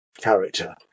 character